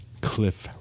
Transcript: Cliff